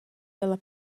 dalla